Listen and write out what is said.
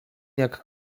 jak